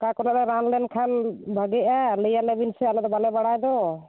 ᱚᱠᱟ ᱠᱚᱨᱮ ᱞᱮ ᱨᱟᱱ ᱞᱮᱱ ᱠᱷᱮᱱ ᱵᱷᱟᱹᱜᱤᱜᱼᱟ ᱞᱟᱹᱭᱟᱞᱮ ᱵᱤᱱᱥᱮ ᱟᱞᱮ ᱫᱚ ᱵᱟᱞᱮ ᱵᱟᱲᱟᱭ ᱫᱚ